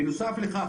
בנוסף לכך,